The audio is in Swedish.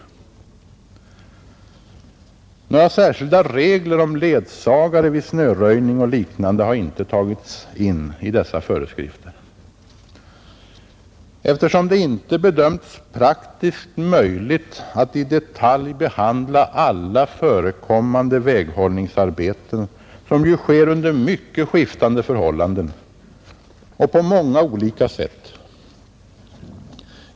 Några särskilda regler om ledsagare vid snöröjning och liknande har inte tagits in i dessa föreskrifter, eftersom det inte bedömts praktiskt möjligt att i detalj behandla alla förekommande väghållningsarbeten, som ju sker under mycket skiftande förhållanden och på många olika sätt.